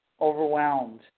overwhelmed